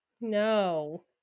No